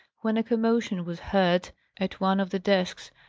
when a commotion was heard at one of the desks,